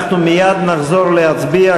אנחנו מייד נחזור להצביע,